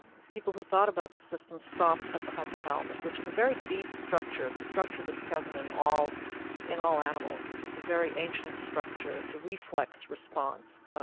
people who thought about this system stopped at the hypothalamus, which is a very deep structure. it's a structure that's present in all in all animals. it's it's a very ancient structure. it's a reflex response,